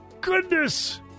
goodness